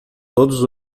todos